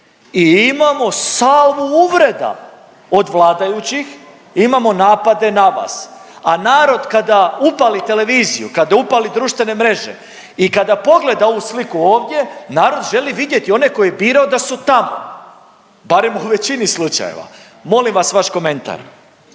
i imamo salvu uvreda od vladajućih. Imamo napade na vas. A narod kada upali televiziju, kada upali društvene mreže i kada pogleda ovu sliku ovdje, narod želi vidjeti one koje je birao da su tamo. Barem u većini slučajeva. Molim vas vaš komentar.